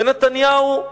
ונתניהו,